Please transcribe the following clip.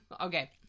Okay